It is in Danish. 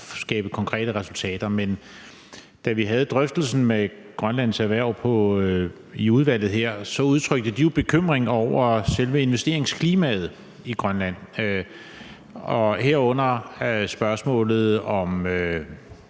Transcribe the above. skabe konkrete resultater. Men da vi havde drøftelsen med Grønlands Erhverv i udvalget her, udtrykte de jo bekymring over selve investeringsklimaet i Grønland, herunder spørgsmålet om